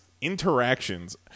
Interactions